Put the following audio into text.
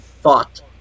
thought